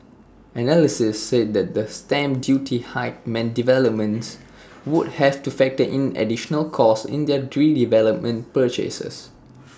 analysts said the stamp duty hike meant developers would have to factor in an additional cost in their redevelopment purchases